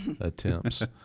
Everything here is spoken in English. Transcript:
attempts